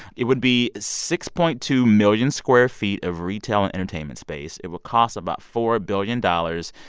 it would be six point two million square feet of retail and entertainment space. it will cost about four billion dollars.